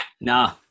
Nah